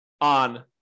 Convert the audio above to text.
on